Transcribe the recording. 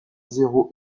zéro